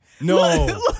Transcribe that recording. No